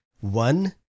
One-